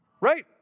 right